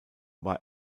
war